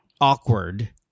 awkward